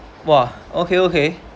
!wah! okay okay